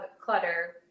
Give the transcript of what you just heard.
clutter